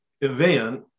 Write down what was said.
event